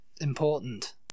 important